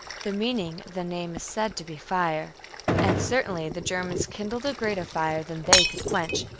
the meaning of the name is said to be fire and certainly the germans kindled a greater fire than they could quench,